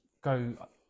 go